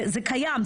זה קיים.